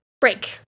Break